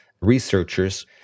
researchers